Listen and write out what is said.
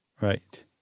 Right